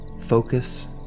focus